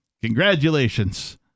congratulations